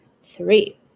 three